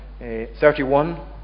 31